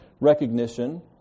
recognition